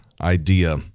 idea